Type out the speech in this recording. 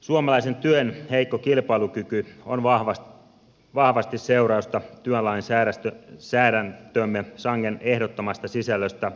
suomalaisen työn heikko kilpailukyky on vahvasti seurausta työlainsäädäntömme sangen ehdottomasta sisällöstä